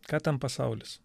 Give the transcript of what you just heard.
ką ten pasaulis